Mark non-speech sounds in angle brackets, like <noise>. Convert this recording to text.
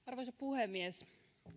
<unintelligible> arvoisa puhemies